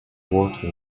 water